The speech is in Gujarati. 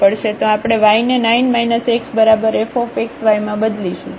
તો આપણે y ને 9 x બરાબર fxy માં બદલીશું